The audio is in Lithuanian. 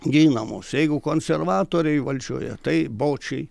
ginamos jeigu konservatoriai valdžioje tai bočiai